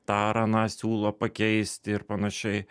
ta ar aną siūlo pakeisti ir panašiai